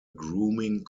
grooming